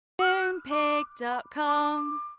Moonpig.com